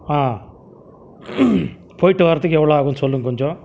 ஆ போயிவிட்டு வரத்துக்கு எவ்வளோ ஆகும் சொல்லுங்கள் கொஞ்சம்